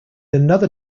another